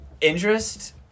interest